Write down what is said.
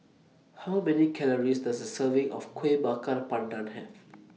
How Many Calories Does A Serving of Kueh Bakar Pandan Have